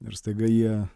ir staiga jie